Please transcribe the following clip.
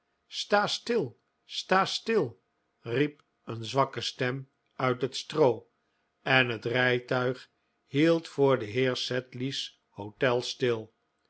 sta stil sta stil riep een zwakke stem uit het stroo en het rijtuig hield voor den heer sedley's hotel stil